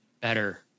better